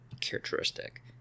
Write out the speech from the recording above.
characteristic